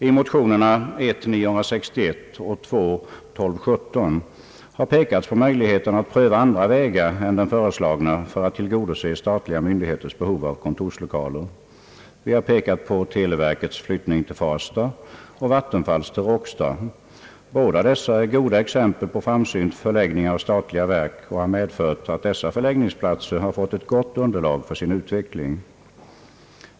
I motionerna I: 961 och II: 1217 har pekats på möjligheten att pröva andra vägar än den föreslagna för att tillgodose statliga myndigheters behov av kontorslokaler. Vi har hänvisat till televerkets flyttning till Farsta och Vattenfalls till Råcksta, två goda exempel på framsynt förläggning av statliga verk, vilken medfört att dessa förläggningsplatser har fått ett gott underlag för sin utveckling.